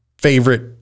favorite